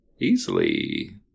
easily